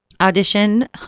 audition